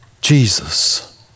Jesus